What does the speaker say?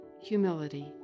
humility